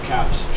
Caps